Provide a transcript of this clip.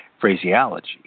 phraseology